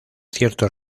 cierto